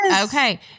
okay